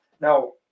Now